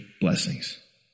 blessings